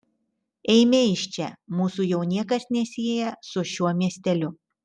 eime iš čia mūsų jau niekas nesieja su šiuo miesteliu